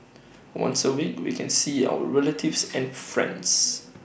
once A week we can see our relatives and friends